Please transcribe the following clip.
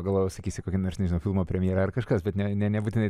pagalvojau sakysi kokį nors nežinau filmo premjera ar kažkas bet ne ne nebūtinai